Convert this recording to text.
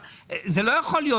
זה לא יכול להיות.